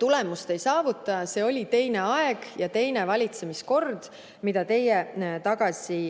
tulemust ei saavuta, see oli teine aeg ja teine valitsemiskord, mida teie tagasi